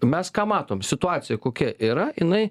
mes ką matom situacija kokia yra jinai